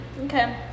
Okay